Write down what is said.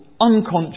unconscious